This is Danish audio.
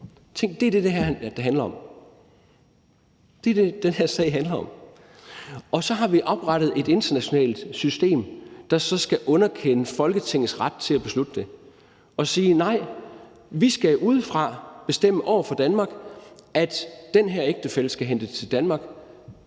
Danmark. Det er det, det her handler om; det er det, den her sag handler om. Og så har vi oprettet et internationalt system, der så skal underkende Folketingets ret til at beslutte det og sige: Nej, vi skal udefra bestemme over for Danmark, at den her ægtefælle skal hentes til Danmark,